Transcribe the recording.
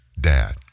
dad